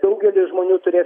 daugelis žmonių turės